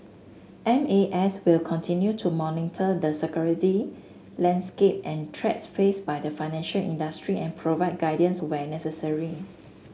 M A S will continue to monitor the security landscape and threats faced by the financial industry and provide guidance where necessary